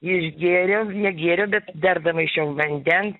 išgėriau negėriau bet dar damaišiau vandens